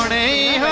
a